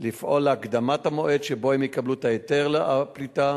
לפעול להקדמת המועד שבו הם יקבלו את היתר הפליטה,